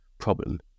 problem